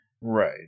right